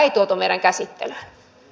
arvoisa puheenjohtaja